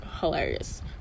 hilarious